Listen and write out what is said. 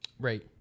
Right